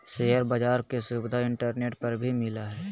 share बाज़ार के सुविधा इंटरनेट पर भी मिलय हइ